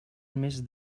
més